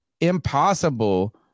impossible